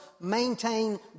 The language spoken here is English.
maintain